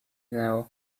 know